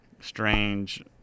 strange